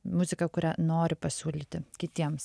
muzika kurią nori pasiūlyti kitiems